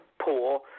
poor